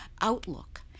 outlook